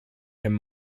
him